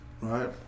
right